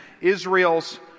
Israel's